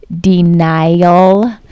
denial